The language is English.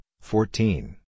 fourteen